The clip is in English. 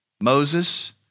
Moses